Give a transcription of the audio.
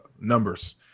numbers